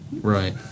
Right